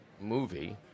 movie